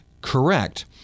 correct